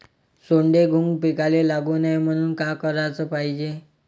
सोंडे, घुंग पिकाले लागू नये म्हनून का कराच पायजे?